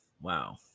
Wow